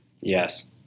Yes